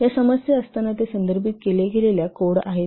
या समस्या असताना ते संदर्भित केल्या गेलेल्या कोड आहेत